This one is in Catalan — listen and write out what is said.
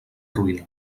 ruïna